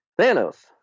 Thanos